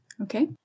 okay